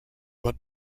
but